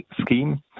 scheme